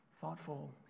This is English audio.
thoughtful